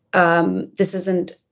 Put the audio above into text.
um this isn't.